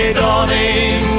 dawning